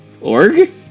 org